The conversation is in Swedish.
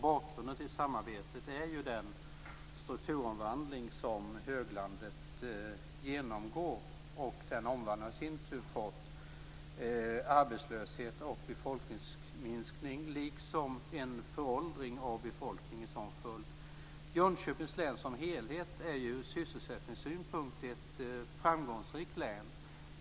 Bakgrunden till samarbetet är den strukturomvandling som höglandet genomgår. Den omvandlingen har i sin tur fått arbetslöshet och befolkningsminskning liksom en föråldring av befolkningen som följd. Jönköpings län som helhet är ur sysselsättningssynpunkt ett framgångsrikt län.